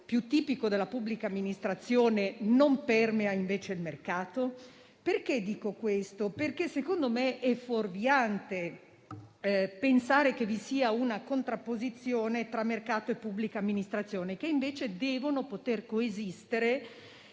più tipico della pubblica amministrazione, non permeasse invece il mercato. Dico questo perché, secondo me, è fuorviante pensare che vi sia una contrapposizione tra mercato e pubblica amministrazione, che invece devono poter coesistere